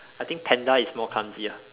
I think panda is more clumsy ah